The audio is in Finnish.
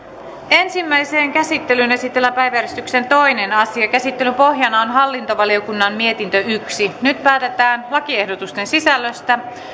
ensimmäiseen käsittelyyn esitellään päiväjärjestyksen toinen asia käsittelyn pohjana on hallintovaliokunnan mietintö yksi nyt päätetään lakiehdotusten sisällöstä